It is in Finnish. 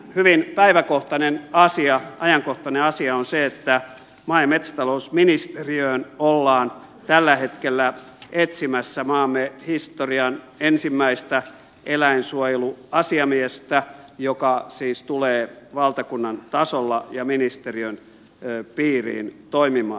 hyvin päiväkohtainen asia ajankohtainen asia on se että maa ja metsätalousministeriöön ollaan tällä hetkellä etsimässä maamme historian ensimmäistä eläinsuojeluasiamiestä joka siis tulee valtakunnan tasolla ja ministeriön piirissä toimimaan